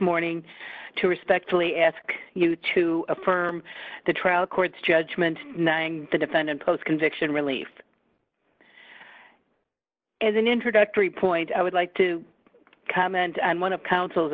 morning to respectfully ask you to affirm the trial court's judgment the defendant post conviction relief as an introductory point i would like to comment on one of counsel's